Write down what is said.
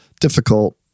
difficult